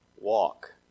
walk